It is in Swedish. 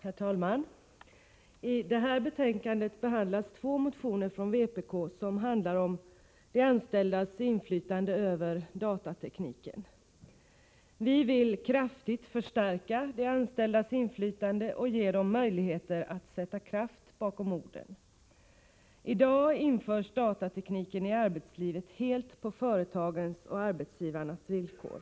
Herr talman! I det här betänkandet behandlas två motioner från vpk, vilka handlar om de anställdas inflytande över datatekniken. Vi vill kraftigt förstärka de anställdas inflytande och ge dem möjligheter att sätta kraft bakom orden. I dag införs datatekniken i arbetslivet helt på företagens och arbetsgivarnas villkor.